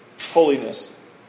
holiness